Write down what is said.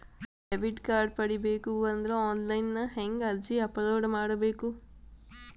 Debit card ಪಡಿಬೇಕು ಅಂದ್ರ online ಹೆಂಗ್ ಅರ್ಜಿ ಅಪಲೊಡ ಮಾಡಬೇಕು?